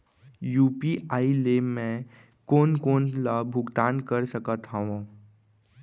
UPI ले मैं कोन कोन ला भुगतान कर सकत हओं?